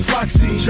Foxy